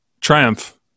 triumph